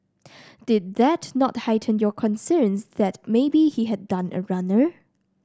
did that not heighten your concerns that maybe he had done a runner